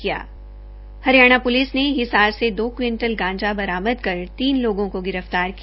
Haryana police ने हिसार से दो क्विंटल गांजा बरामद कर तीन लागों को गिरफतार किया